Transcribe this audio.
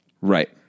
Right